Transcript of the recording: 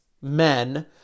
men